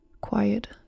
quiet